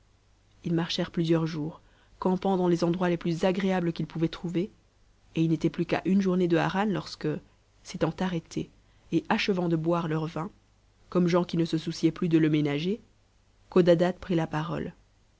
ils marchèrent plusieurs jours campant dans les endroits les plus agréables qu'ils pouvaient trouver et ils n'étaient ptus qu'a une journée de harran lorsque s'étant arrêtés et achevant de boire leur vin comme gens qui ne se souciaient plus de le ménager codadad prit la parole